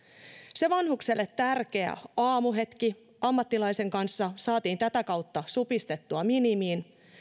se vanhukselle tärkeä aamuhetki ammattilaisen kanssa saatiin tätä kautta supistettua minimiin